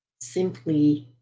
simply